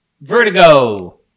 Vertigo